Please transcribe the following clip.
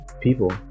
people